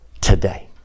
today